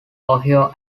ohio